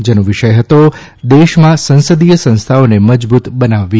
જેનો વિષય હતો દેશમાં સંસદીય સંસ્થાઓને મજબૂત બનાવવી